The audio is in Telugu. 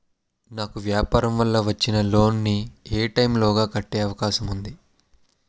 నాకు వ్యాపార వల్ల వచ్చిన లోన్ నీ ఎప్పటిలోగా కట్టే అవకాశం ఉంది?